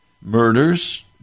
murders